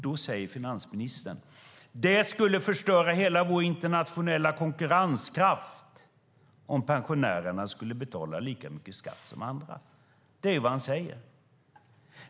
Då säger finansministern att det skulle förstöra hela vår internationella konkurrenskraft om pensionärerna skulle betala lika mycket skatt som andra. Det är vad han säger.